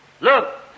Look